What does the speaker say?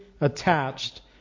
attached